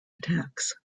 attacks